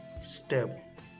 Step